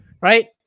right